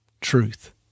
truth